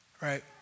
Right